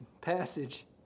passage